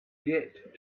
get